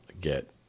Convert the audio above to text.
get